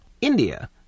India